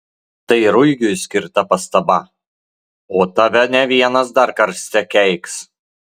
tai ruigiui skirta pastaba o tave ne vienas dar karste keiks